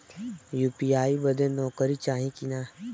UPI बदे नौकरी चाही की ना?